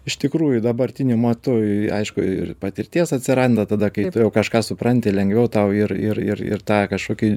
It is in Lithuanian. iš tikrųjų dabartiniu matu aišku ir patirties atsiranda tada kai tu jau kažką supranti lengviau tau ir ir ir ir tą kažkokį